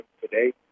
today